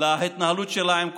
מההתנהלות שלהם,